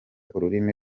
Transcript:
ururimi